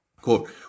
Quote